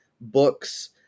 books